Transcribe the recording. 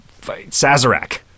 Sazerac